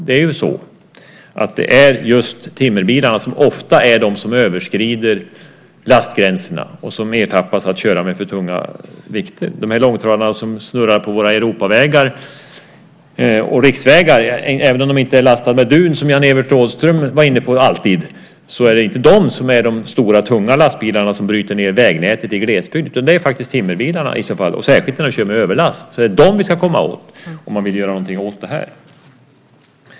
Det är just timmerbilarna som ofta överskrider lastgränserna och som ertappas med att köra med för tunga vikter. Det är inte långtradarna som snurrar på våra Europavägar och riksvägar som är de stora tunga lastbilarna som bryter ned vägnätet i glesbygden, även om de inte alltid är lastade med dun, som Jan-Evert Rådhström var inne på. Det är faktiskt timmerbilarna, särskilt när de kör med överlast. Det är dem vi ska komma åt om vi vill göra någonting åt det här.